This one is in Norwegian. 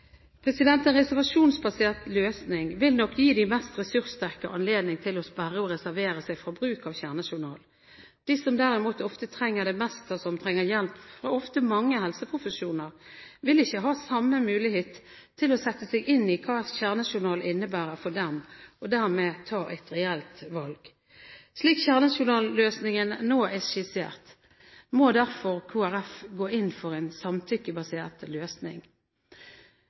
En reservasjonsbasert løsning vil nok gi de mest ressurssterke anledning til å sperre og reservere seg fra bruk av kjernejournal. De som derimot ofte trenger det mest, og som ofte trenger hjelp fra mange helseprofesjoner, vil ikke ha samme mulighet til å sette seg inn i hva kjernejournal innebærer for dem, og dermed kunne ta et reelt valg. Slik kjernejournalløsningen nå er skissert, må derfor Kristelig Folkeparti gå inn for en samtykkebasert løsning.